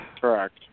Correct